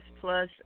plus